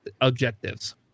objectives